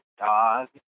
dog